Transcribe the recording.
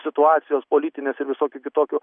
situacijos politinės ir visokių kitokių